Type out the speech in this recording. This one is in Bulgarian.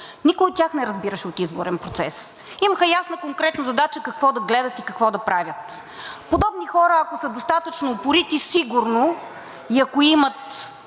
Никой от тях не разбираше от изборен процес. Имаха ясна конкретна задача какво да гледат и какво да правят. Подобни хора, ако са достатъчно упорити, сигурно и ако имат